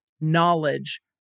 knowledge